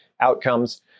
outcomes